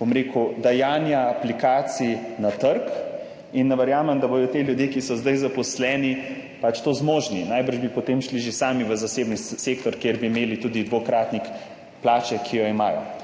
bom rekel, dajanja aplikacij na trg in ne verjamem, da bodo ti ljudje, ki so zdaj zaposleni, pač to zmožni, najbrž bi potem šli že sami v zasebni sektor, kjer bi imeli tudi dvokratnik plače, ki jo imajo.